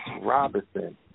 Robinson